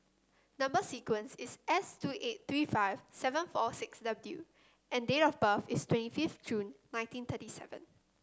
number sequence is S two eight three five seven four six W and date of birth is twenty fifth June nineteen thirty seven